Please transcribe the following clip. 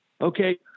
Okay